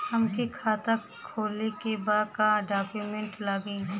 हमके खाता खोले के बा का डॉक्यूमेंट लगी?